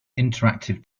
interactive